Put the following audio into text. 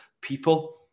people